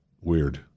Weird